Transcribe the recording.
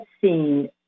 seen